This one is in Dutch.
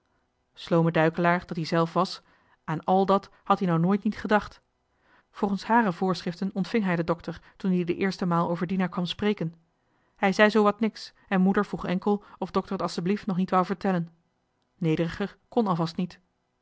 sloome duikelaar dat ie zelf was aan al dat had ie nou nooit niet gedacht volgens hare voorschriften ontving hij den dokter toen die de eerste maal over dina kwam spreken hij zei zoowat niks en moeder vroeg enkel of dokter t asseblief toch nog niet wou vertellen nederiger kon alvast niet